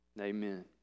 Amen